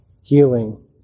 healing